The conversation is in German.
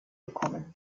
bekommen